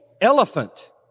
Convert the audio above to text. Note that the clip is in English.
elephant